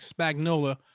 Spagnola